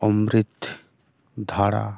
অমৃত ধারা